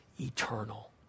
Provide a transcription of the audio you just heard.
eternal